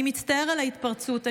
אני מצטער על ההתפרצות.